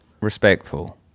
respectful